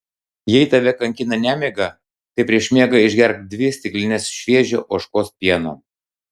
jei tave kankina nemiga tai prieš miegą išgerk dvi stiklines šviežio ožkos pieno